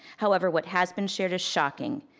however, what has been shared is shocking.